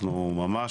אני מניח